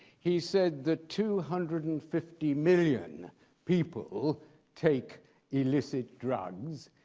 he said the two hundred and fifty million people take illicit drugs.